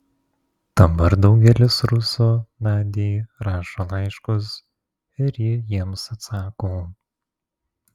dabar daugelis rusų nadiai rašo laiškus ir ji jiems atsako